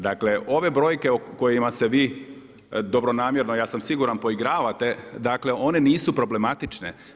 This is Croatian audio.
Dakle ove brojke o kojima se vi dobronamjerno, ja sam siguran poigravate, dakle one nisu problematične.